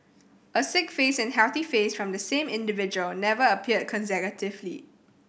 a sick face and healthy face from the same individual never appeared consecutively